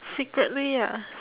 secretly ah